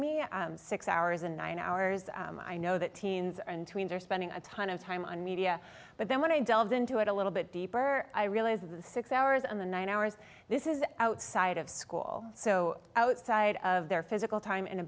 me six hours and nine hours i know that teens and tweens are spending a ton of time on media but then when i delved into it a little bit deeper i realized six hours in the nine hours this is outside of school so outside of their physical time in a